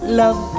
love